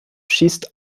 schießt